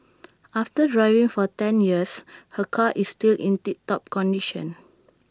after driving for ten years her car is still in tip top condition